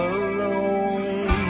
alone